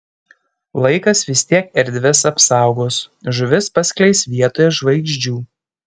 laikas vis tiek erdves apsaugos žuvis paskleis vietoj žvaigždžių